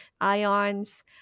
ions